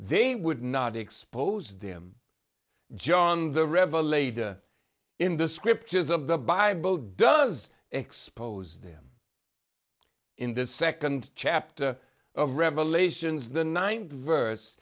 they would not expose them john the revelator in the scriptures of the bible does expose them in the second chapter of revelations the ninth verse